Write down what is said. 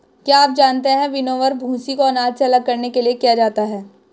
क्या आप जानते है विनोवर, भूंसी को अनाज से अलग करने के लिए किया जाता है?